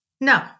No